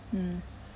mm